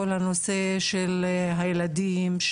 כל הנושא של הילדים,